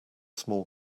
small